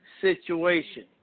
situation